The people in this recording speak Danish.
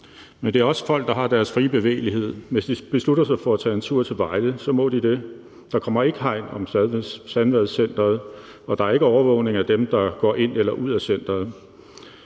Men det er også folk, der har deres frie bevægelighed. Hvis de beslutter sig for at tage en tur til Vejle, så må de det. Der kommer ikke hegn om Sandvadcenteret, og der er ikke overvågning af dem, der går ind eller ud af centeret.